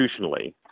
institutionally